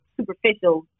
superficial